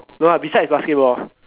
no ah besides basketball